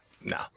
no